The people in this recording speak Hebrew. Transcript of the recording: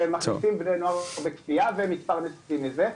שהם מכניסים בני נוער בכפייה והם מתפרנסים מזה.